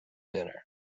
dinner